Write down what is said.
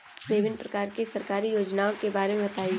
विभिन्न प्रकार की सरकारी योजनाओं के बारे में बताइए?